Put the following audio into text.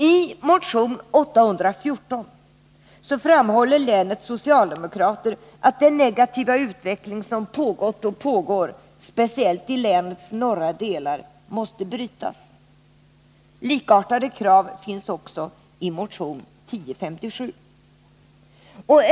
I motion 814 framhåller länets socialdemokrater att den negativa utveckling som pågått och pågår speciellt i länets norra delar måste brytas. Likartade krav finns också i motion 1057.